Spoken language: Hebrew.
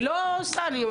אני לא סתם אומרת,